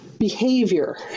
behavior